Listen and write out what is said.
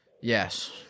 yes